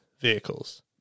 vehicles